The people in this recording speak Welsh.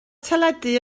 teledu